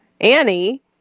Annie